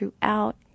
throughout